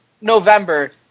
November